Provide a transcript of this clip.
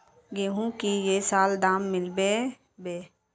गेंहू की ये साल दाम मिलबे बे?